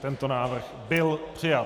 Tento návrh byl přijat.